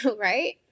right